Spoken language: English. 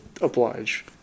oblige